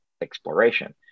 exploration